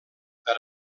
per